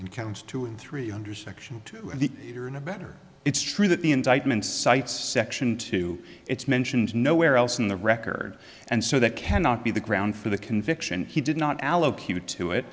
counts two and three under section two of the or in a better it's true that the indictment cites section two it's mentioned nowhere else in the record and so that cannot be the ground for the conviction he did not allocated to it